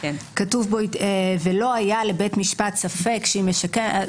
כתוב: "ולא היה לבית המשפט ספק שהיא משקפת...".